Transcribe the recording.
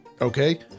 Okay